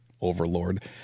Overlord